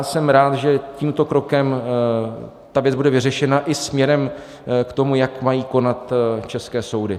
Jsem rád, že tímto krokem ta věc bude vyřešena i směrem k tomu, jak mají konat české soudy.